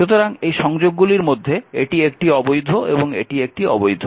সুতরাং এই সংযোগগুলির মধ্যে এটি একটি অবৈধ এবং এটি একটি অবৈধ